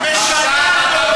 אדוני,